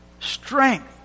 strength